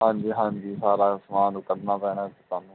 ਹਾਂਜੀ ਹਾਂਜੀ ਸਾਰਾ ਸਮਾਨ ਕੱਢਣਾ ਪੈਣਾ ਤੁਹਾਨੂੰ